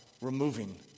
removing